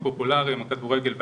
הפופולריים, הכדורגל והכדורסל.